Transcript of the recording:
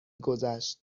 گذشت